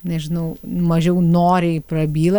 nežinau mažiau noriai prabyla